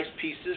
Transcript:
pieces